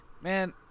man